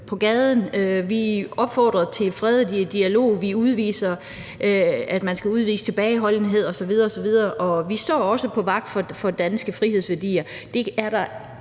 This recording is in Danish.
i gaderne. Vi opfordrer til fredelig dialog og til, at man skal udvise tilbageholdenhed osv. osv., og vi står også på vagt for danske frihedsværdier. Det er der